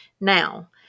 Now